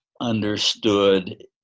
understood